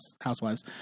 Housewives